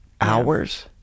hours